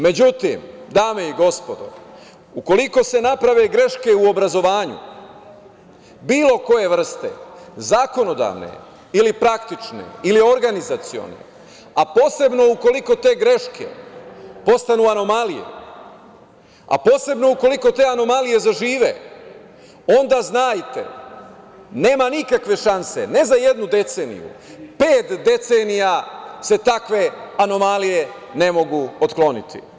Međutim, dame i gospodo, ukoliko se naprave greške u obrazovanju bilo koje vrste, zakonodavne ili praktične ili organizacione, a posebno ukoliko te greške postanu anomalije, a posebno ukoliko te anomalije zažive, onda znajte nema nikakve šanse, ne za jednu deceniju, pet decenija se takve anomalije ne mogu otkloniti.